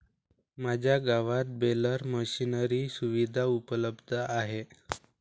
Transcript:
माझ्या गावात baler machinery सुविधा उपलब्ध आहे